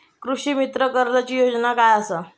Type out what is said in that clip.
कृषीमित्र कर्जाची योजना काय असा?